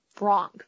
wrong